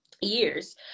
years